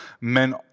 men